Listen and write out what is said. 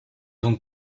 donc